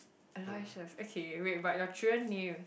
Aloysius okay wait but your children name